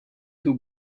who